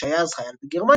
שהיה אז חייל בגרמניה,